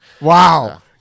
Wow